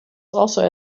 also